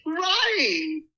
Right